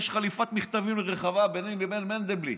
יש חליפת מכתבים רחבה ביני לבין מנדלבליט.